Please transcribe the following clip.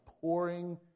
pouring